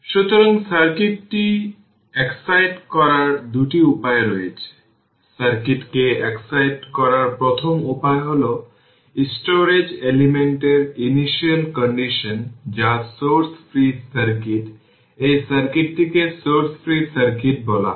সুতরাং সার্কিটটি এক্সসাইট করার দুটি উপায় রয়েছে সার্কিটকে এক্সসাইট করার প্রথম উপায় হল স্টোরেজ এলিমেন্ট এর ইনিশিয়াল কন্ডিশন যা সোর্স ফ্রি সার্কিট এই সার্কিটকে সোর্স ফ্রি সার্কিট বলা হয়